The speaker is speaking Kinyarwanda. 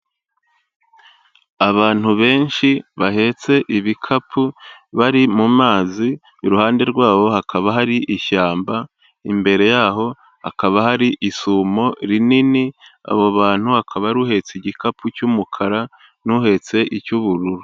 Abantu benshi bahetse ibikapu bari mu mazi, iruhande rwabo hakaba hari ishyamba, imbere yaho hakaba hari isumo rinini, abo bantu hakaba hari uhetse igikapu cy'umukara n'uhetse icy'ubururu.